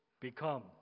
become